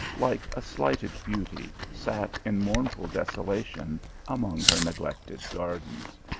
like a slighted beauty, sat in mournful desolation among her neglected gardens.